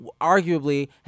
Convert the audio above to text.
arguably